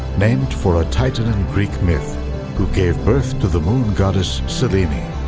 named for a titan in greek myth who gave birth to the moon goddess, selene.